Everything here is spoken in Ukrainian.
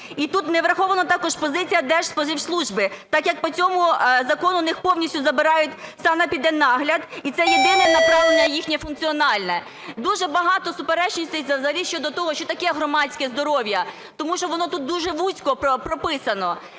І тут не врахована також позиція Держспоживслужби, так як по цьому закону у них повністю забирають санепідемнагляд, і це єдине направлення їхнє функціональне. Дуже багато суперечностей… щодо того, що таке громадське здоров'я. Тому що воно тут дуже вузько прописано.